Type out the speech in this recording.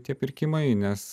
tie pirkimai nes